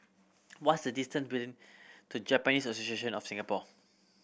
what is the distance to Japanese of Singapore